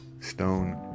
Stone